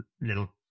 little